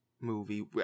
movie